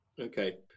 Okay